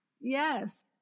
Yes